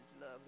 love